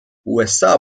usa